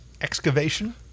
excavation